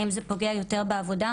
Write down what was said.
האם זה פוגע יותר בעבודה,